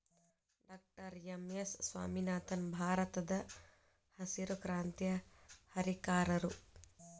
doctor M S Swaminathan ಭಾರತದಹಸಿರು ಕ್ರಾಂತಿಯ ಹರಿಕಾರರು